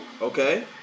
Okay